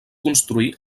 construí